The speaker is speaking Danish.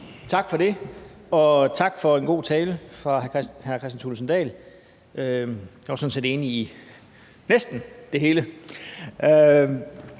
Tak for det. Og tak for en god tale fra hr. Kristian Thulesen Dahl. Jeg var sådan set enig i næsten det hele.